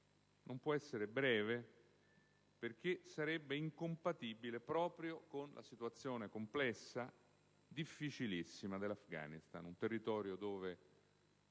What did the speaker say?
Non può essere breve perché sarebbe incompatibile proprio con la situazione complessa, difficilissima dell'Afghanistan: un territorio dove